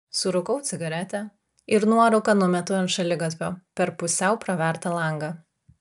surūkau cigaretę ir nuorūką numetu ant šaligatvio per pusiau pravertą langą